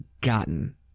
gotten